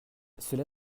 cela